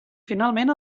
finalment